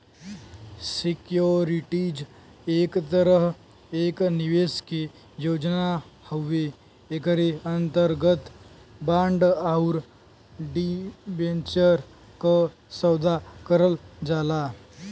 securities एक तरह एक निवेश के योजना हउवे एकरे अंतर्गत बांड आउर डिबेंचर क सौदा करल जाला